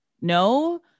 no